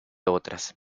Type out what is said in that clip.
otras